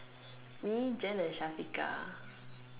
me Jen and Syafiqah